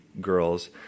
girls